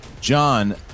John